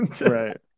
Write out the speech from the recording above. right